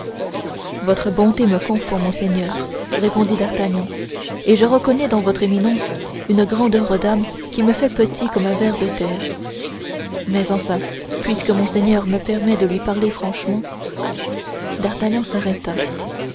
votre bonté me confond monseigneur répondit d'artagnan et je reconnais dans votre éminence une grandeur d'âme qui me fait petit comme un ver de terre mais enfin puisque monseigneur me permet de lui parler franchement d'artagnan s'arrêta